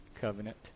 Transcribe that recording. Covenant